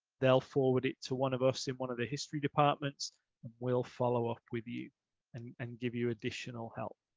they'll forward it to one of us in one of the history departments and we'll follow up with you and and give you additional help